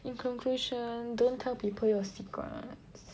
in conclusion don't tell people your secrets